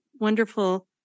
wonderful